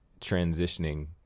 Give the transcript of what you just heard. transitioning